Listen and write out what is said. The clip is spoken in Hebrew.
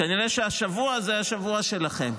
כנראה שהשבוע זה השבוע שלכם.